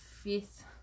fifth